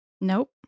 Nope